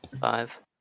five